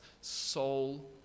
soul